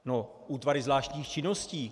No, útvary zvláštních činností.